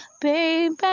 baby